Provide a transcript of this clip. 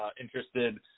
interested